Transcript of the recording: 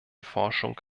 forschung